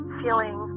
feeling